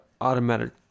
automatic